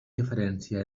diferència